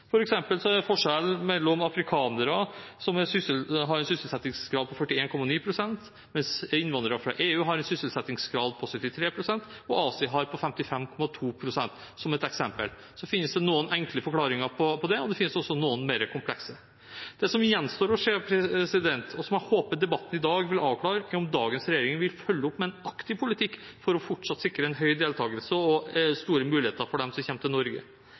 er det forskjell mellom afrikanere, som har en sysselsettingsgrad på 41,9 pst., innvandrere fra EU, som har en sysselsettingsgrad på 73 pst. og de fra Asia, som har en sysselsettingsgradgrad på 55,2 pst. Så finnes det noen enkle forklaringer på det. Det finnes også noen mer komplekse. Det som gjenstår å se, og som jeg håper debatten i dag vil avklare, er om dagens regjering vil følge opp med en aktiv politikk for fortsatt å sikre en høy deltakelse og store muligheter for dem som kommer til Norge.